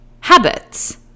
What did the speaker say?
habits